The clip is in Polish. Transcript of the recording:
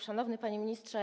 Szanowny Panie Ministrze!